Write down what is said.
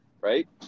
right